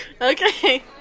Okay